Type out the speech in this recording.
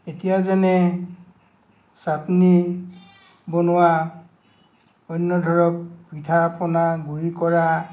এতিয়া যেনে চাতনি বনোৱা অন্য ধৰক পিঠা পনা গুৰি কৰা